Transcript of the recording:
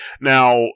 Now